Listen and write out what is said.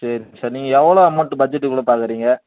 சரிங்க சார் நீங்கள் எவ்வளோவு அமௌண்ட் பட்ஜெட்டுக்குள்ளே பார்க்கறீங்க